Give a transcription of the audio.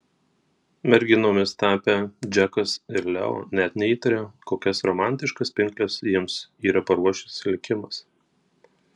merginomis tapę džekas ir leo net neįtaria kokias romantiškas pinkles jiems yra paruošęs likimas